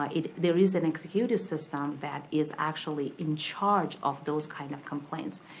i mean there is an executive system that is actually in charge of those kind of complaints.